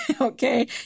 Okay